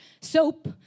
SOAP